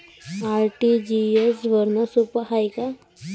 RTGS भरनं सोप हाय का?